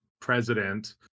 president